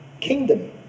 kingdom